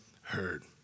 heard